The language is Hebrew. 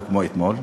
לא כמו אתמול.